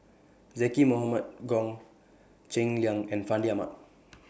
Zaqy Mohamad Goh Cheng Liang and Fandi Ahmad